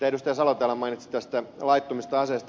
salo täällä mainitsi näistä laittomista aseista